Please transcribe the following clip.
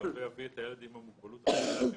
המלווה יביא את הילד עם המוגבלות עד תחילת